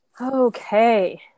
Okay